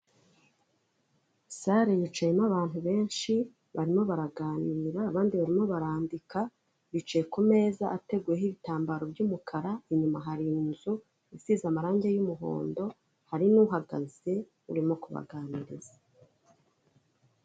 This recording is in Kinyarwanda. Sare yicayemo abantu benshi barimo baraganira, abandi barimo barandika bicaye ku meza ateguyeho ibitambaro by'umukara, inyuma hari inzu isize amarangi y'umuhondo, hari n'uhagaze urimo kubaganiriza.